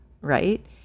right